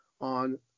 on